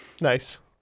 Nice